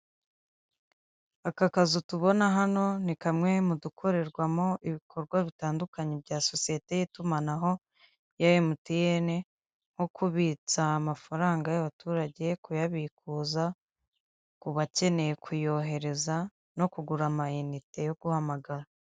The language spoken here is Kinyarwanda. Aka kazu tubona hano ni kamwe mu dukorerwamo ibikorwa bitandukanye bya sosiyete y'itumanaho ya emutiyene, nko kubitsa amafaranga y'abaturage kuyabikuza ku bakeneye kuyohereza, no kugura amayinite yo guhamagara.